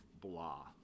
blah